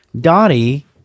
Dottie